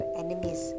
enemies